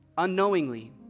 unknowingly